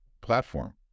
platform